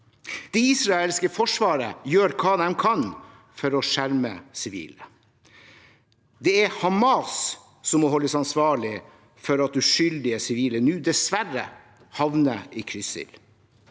Det israelske forsvaret gjør hva de kan for å skjerme sivile. Det er Hamas som må holdes ansvarlig for at uskyldige sivile nå dessverre havner i kryssild.